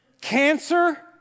Cancer